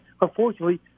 unfortunately